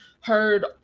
heard